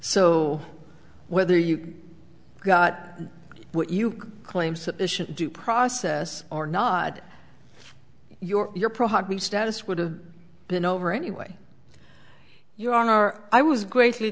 so whether you got what you claim sufficient due process or nod your you're probably status would have been over anyway your honor i was greatly